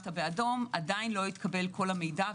עדיין לא התקבל על כל המידע,